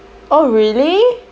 oh really